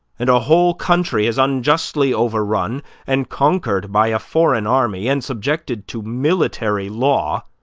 and a whole country is unjustly overrun and conquered by a foreign army, and subjected to military law,